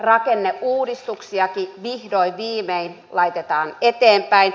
rakenneuudistuksiakin vihdoin viimein laitetaan eteenpäin